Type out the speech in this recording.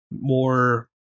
more